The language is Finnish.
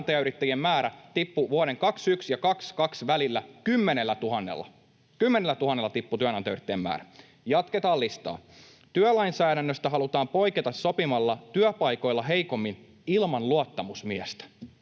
työnantajayrittäjien määrä. Jatketaan listaa: ”Työlainsäädännöstä halutaan poiketa sopimalla työpaikoilla heikommin ilman luottamusmiestä.”